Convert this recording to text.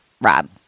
Rob